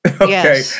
Okay